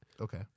Okay